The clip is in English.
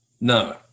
No